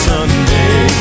Sunday